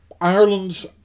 Ireland